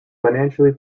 financially